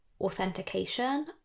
authentication